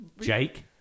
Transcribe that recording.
Jake